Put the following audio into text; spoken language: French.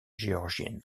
géorgienne